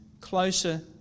closer